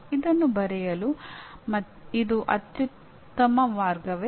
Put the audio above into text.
ಇದನ್ನು ಬರೆಯಲು ಇದು ಅತ್ಯುತ್ತಮ ಮಾರ್ಗವೇ